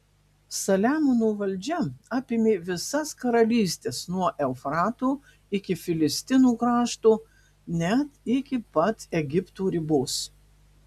saliamono valdžia apėmė visas karalystes nuo eufrato iki filistinų krašto net iki pat egipto ribos